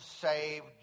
saved